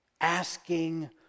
asking